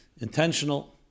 intentional